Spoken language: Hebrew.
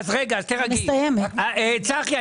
צחי,